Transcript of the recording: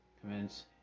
Commence